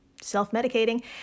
self-medicating